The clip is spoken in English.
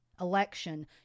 election